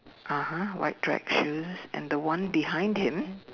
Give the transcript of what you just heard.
(uh huh) white track shoes and the one behind him